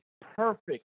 perfect